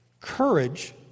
Courage